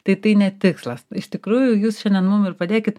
tai tai ne tikslas iš tikrųjų jūs šiandien mum ir padėkit